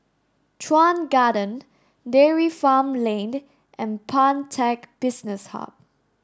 Chuan Garden Dairy Farm Lane and Pantech Business Hub